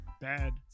bad